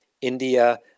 India